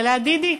ולעדי דיק,